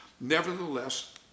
Nevertheless